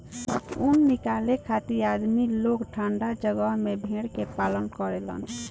ऊन निकाले खातिर आदमी लोग ठंडा जगह में भेड़ के पालन करेलन